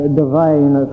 divine